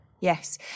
Yes